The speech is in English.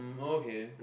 um oh okay